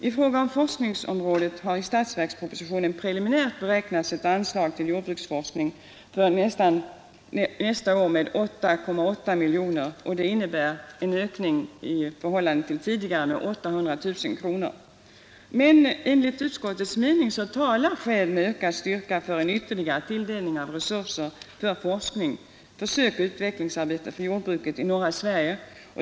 I fråga om forskningsområdet har i statsverkspropositionen preliminärt beräknats ett anslag till jordbruksforskning för nästa år med 8,8 miljoner kronor, vilket innebär en ökning med 800 000 kronor. Men enligt utskottets mening talar skäl med ökad styrka för en ytterligare tilldelning av resurser för forskning, försök och utvecklingsarbete för jordbruket i norra Sverige.